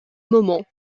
moment